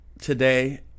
today